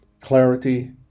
clarity